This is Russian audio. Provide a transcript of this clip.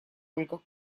ольга